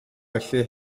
felly